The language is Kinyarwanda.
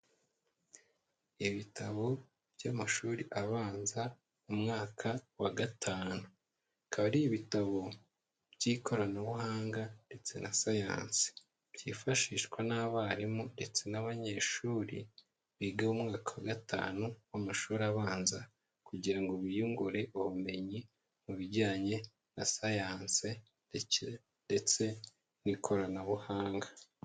Ibitabo by'amashuri abanza, mu mwaka wa gatanu. Bikaba ari ibitabo, by'ikoranabuhanga ndetse na siyanse, yifashishwa n'abarimu, ndetse n'abanyeshuri biga mu mwaka wa gatanu w'amashuri abanza. Kugira ngo biyungure ubumenyi mu bijyanye na siyanse ndetse n'ikoranabuhanga.